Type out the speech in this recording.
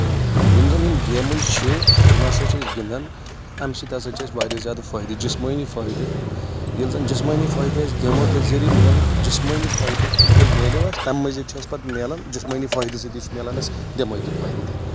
یِم زَن یِم گیمٕز چھِ یِم ہسا چھِ أسۍ گِنٛدان اَمہِ سۭتۍ ہسا چھِ أسۍ واریاہ زیادٕ فٲیدٕ جسمٲنی فٲیدٕ ییٚلہِ زَن جسمٲنی فٲیدٕ اَسہِ گیمو دِ ذٔریعہِ میلہِ جسمٲنی فٲیدٕ ییٚلہِ ملیو اَسہِ تَمہِ مٔزیٖد چھُ اسہِ پتہٕ مِلان جسمٲنی فٲیدٕ سۭتی چھُ مِلان اَسہِ دؠمٲغی فٲیدٕ تہِ